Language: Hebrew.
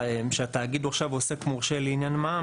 התאגיד הוא עכשיו עוסק מורשה לעניין מע"מ,